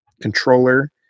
controller